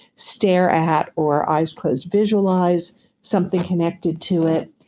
stare at or eyes closed, visualized something connected to it.